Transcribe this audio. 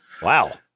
Wow